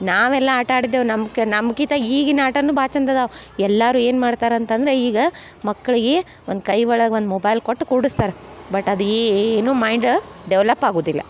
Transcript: ನಾವೆಲ್ಲ ಆಟ ಆಡಿದ್ದೇವೆ ನಮ್ಮ ಕ ನಮ್ಕಿಂತ ಈಗಿನ ಆಟವೂ ಭಾಳ ಚೆಂದ ಇದಾವ್ ಎಲ್ಲರೂ ಏನು ಮಾಡ್ತಾರಂತಂದರೆ ಈಗ ಮಕ್ಳಿಗೆ ಒಂದು ಕೈ ಒಳಗೆ ಒಂದು ಮೊಬೈಲ್ ಕೊಟ್ಟು ಕೂಡಿಸ್ತಾರ್ ಬಟ್ ಅದು ಏನೂ ಮೈಂಡ ಡೆವ್ಲಪ್ ಆಗುವುದಿಲ್ಲ